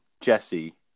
Jesse